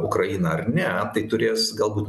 ukrainą ar ne tai turės galbūt